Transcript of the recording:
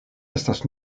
estas